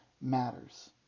matters